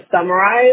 summarize